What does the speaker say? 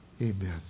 Amen